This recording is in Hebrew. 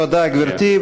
תודה, גברתי.